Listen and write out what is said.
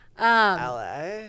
LA